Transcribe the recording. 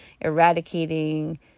eradicating